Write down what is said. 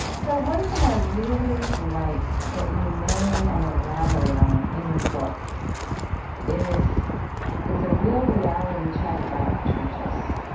so one thing i really like that you name and elaborate on in your book is is a real reality check about churches,